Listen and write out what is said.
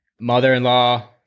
mother-in-law